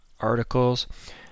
articles